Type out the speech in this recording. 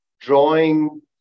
drawing